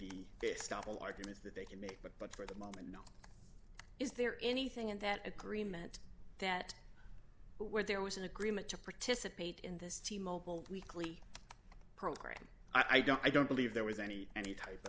be this double arguments that they can make but for the moment no is there anything in that agreement that where there was an agreement to participate in this t mobile weekly program i don't i don't believe there was any any type